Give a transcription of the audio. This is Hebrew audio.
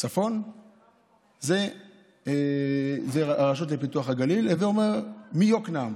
בצפון זה הרשות לפיתוח הגליל, הווי אומר, מיקנעם,